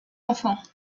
enfants